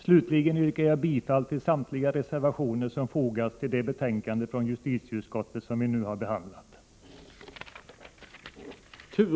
Slutligen yrkar jag bifall till samtliga reservationer som fogats till det betänkande från justitieutskottet som vi nu behandlar.